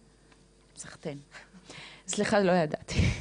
סחתין, סליחה, לא ידעתי.